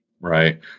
Right